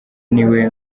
niwe